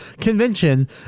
convention